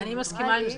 אני מסכימה עם זה.